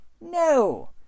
No